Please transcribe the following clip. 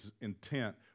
intent